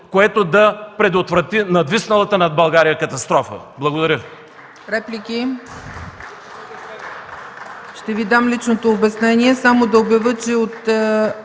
които да предотвратят надвисналата над България катастрофа! Благодаря